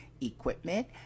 equipment